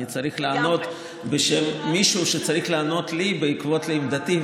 אני צריך לענות בשם מישהו שצריך לענות לי בעקבות עמדתי,